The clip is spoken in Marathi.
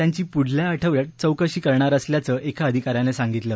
त्यांची पुढल्या आठवड्यात चौकशी करणार असल्याचं एका अधिकाऱ्यानं सांगितलं